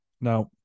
Now